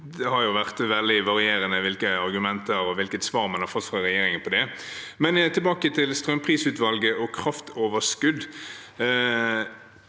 Det har vært veldig varierende hvilke argumenter og hvilket svar man har fått fra regjeringen om det. Jeg vil tilbake til strømprisutvalget og kraftoverskudd.